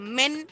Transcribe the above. men